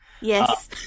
Yes